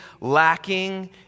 lacking